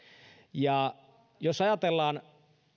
jos ajatellaan